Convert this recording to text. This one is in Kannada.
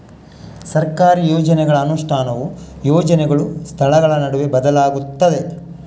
ಸರ್ಕಾರಿ ಯೋಜನೆಗಳ ಅನುಷ್ಠಾನವು ಯೋಜನೆಗಳು, ಸ್ಥಳಗಳ ನಡುವೆ ಬದಲಾಗುತ್ತದೆ